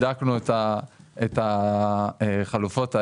בדקנו את החלופות האלה.